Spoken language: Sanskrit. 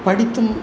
पठितुं